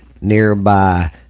nearby